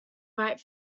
right